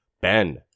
Ben